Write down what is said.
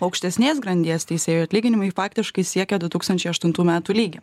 aukštesnės grandies teisėjų atlyginimai faktiškai siekia du tūkstančiai aštuntų metų lygį